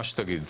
מה שתגיד.